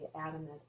adamant